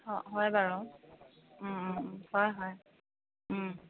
অঁ হয় বাৰু হয় হয়